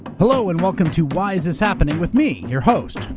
hello, and welcome to why is this happening? with me, your host,